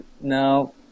no